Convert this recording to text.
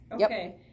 Okay